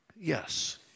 yes